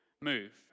move